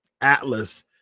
Atlas